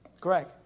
Greg